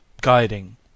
guiding